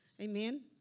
Amen